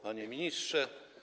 Panie Ministrze!